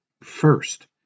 First